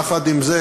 יחד עם זה,